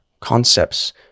concepts